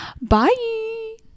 Bye